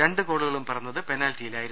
രണ്ടുഗോളുകളും പിറന്നത് പെനാൾട്ടി യിലായിരുന്നു